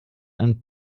and